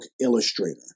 illustrator